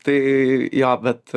tai jo bet